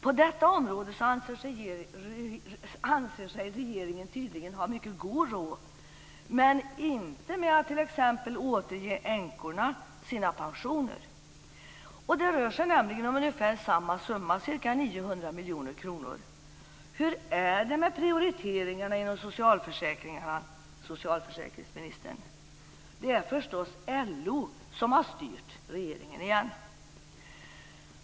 På detta område anser sig regeringen tydligen ha mycket god råd men inte med att t.ex. återge änkorna deras pensioner! Det rör sig nämligen om ungefär samma summa, ca 900 miljoner kronor. Hur är det med prioriteringarna inom socialförsäkringarna, socialförsäkringsministern? Det är förstås LO som styrt regeringen igen!